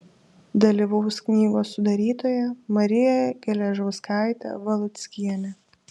dalyvaus knygos sudarytoja marija geležauskaitė valuckienė